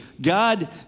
God